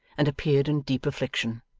and appeared in deep affliction.